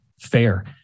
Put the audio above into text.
Fair